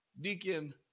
Deacon